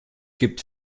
gibt